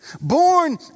Born